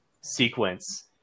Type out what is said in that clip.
sequence